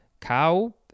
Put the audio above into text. Cow